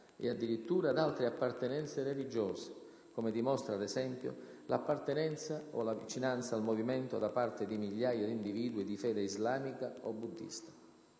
e addirittura da altre appartenenze religiose, come dimostra, ad esempio, l'appartenenza o la vicinanza al movimento da parte di migliaia di individui di fede islamica o buddista.